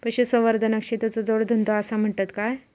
पशुसंवर्धनाक शेतीचो जोडधंदो आसा म्हणतत काय?